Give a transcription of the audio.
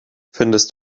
findest